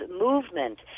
movement